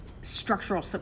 structural